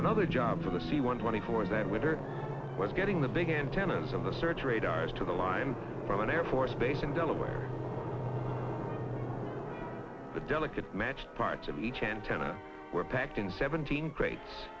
another job for the c one twenty four that winter was getting the big antennas of the search radars to the line from an air force base in delaware the delicate match parts of each antenna were packed in seventeen great es